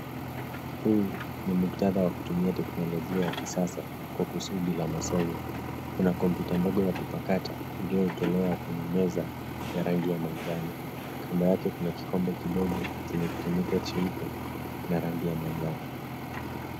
Huu ni mukhtada wa kutumia teknolojia ya kisasa kwa kusudi la masomo. Kuna kompyuta ndogo ya kupakata iliyowekelewa kwenye meza ya rangi ya manjano. Kando yake kuna kikombe kidogo chenye kifuniko cheupe na rangi ya manjano.